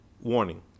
Warning